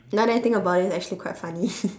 now that I think about it it's actually quite funny